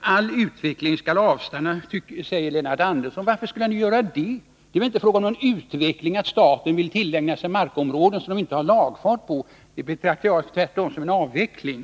All utveckling skulle avstanna, säger Lennart Andersson. Varför skulle den göra det? Det är väl inte fråga om någon utveckling när staten vill sälja markområden som den inte har lagfart på. Det är tvärtom en avveckling.